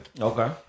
Okay